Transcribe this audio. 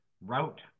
route